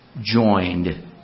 joined